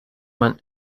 man